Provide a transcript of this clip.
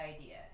idea